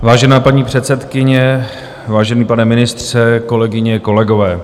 Vážná paní předsedkyně, vážený pane ministře, kolegyně, kolegové.